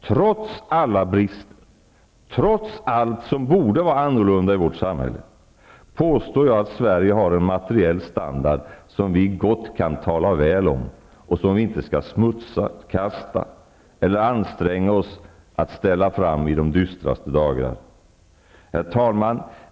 Trots alla brister, trots allt som borde vara annorlunda i vårt samhälle, påstår jag att Sverige har en materiell standard som vi gott kan tala väl om och som vi inte skall smutskasta eller anstränga oss att ställa fram i de dystraste dagar. Herr talman!